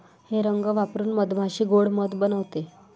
हे रंग वापरून मधमाशी गोड़ मध बनवते